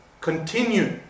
continue